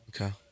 Okay